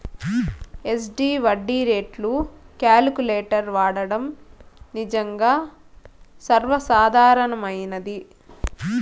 SD వడ్డీ రేట్లు calculator వాడడం నిజంగా సర్వసాధారణమైనది